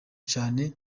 cane